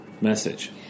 message